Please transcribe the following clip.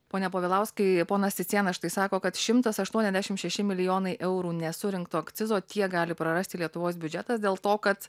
pone povilauskai ponas cicėnas štai sako kad šimtas aštuoniasdešim šeši milijonai eurų nesurinkto akcizo tiek gali prarasti lietuvos biudžetas dėl to kad